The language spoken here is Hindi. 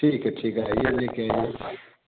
ठीक है ठीक है आईए लेकर आईए